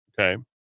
okay